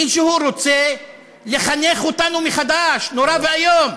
מישהו רוצה לחנך אותנו מחדש, נורא ואיום.